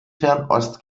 fernost